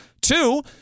Two